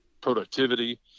productivity